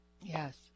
Yes